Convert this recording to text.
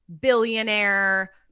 billionaire